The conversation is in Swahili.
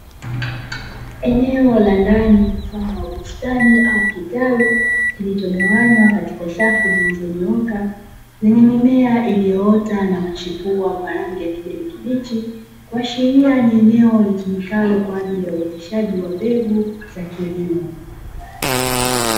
Eneo la ndani mfano wa bustani au kitalu kilichogawanywa katika safu zilizonyooka, lenye mimea iliyoota na kuchipua kwa rangi ya kijani kibichi, kuashiria ni eneo litumikalo kwa ajili ya uoteshaji wa mbegu za kilimo.